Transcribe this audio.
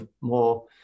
more